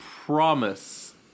promise